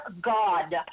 God